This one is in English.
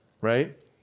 Right